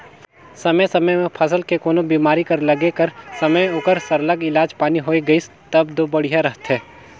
समे समे में फसल के कोनो बेमारी कर लगे कर समे ओकर सरलग इलाज पानी होए गइस तब दो बड़िहा रहथे